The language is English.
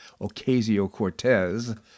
Ocasio-Cortez